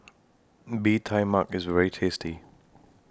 Bee Tai Mak IS very tasty